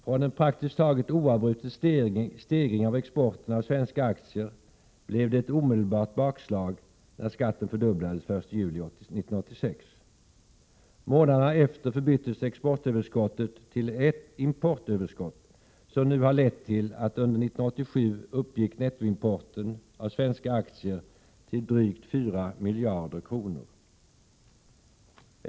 Från en praktiskt taget oavbruten stegring av exporten av svenska aktier blev det ett omedelbart bakslag när skatten fördubblades 1 juli 1986. Månaderna efter förbyttes exportöverskottet till ett importöverskott, som nu har lett till att nettoimporten av svenska aktier under 1987 uppgick till drygt fyra miljarder kronor.